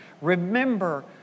Remember